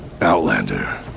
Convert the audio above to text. Outlander